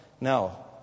no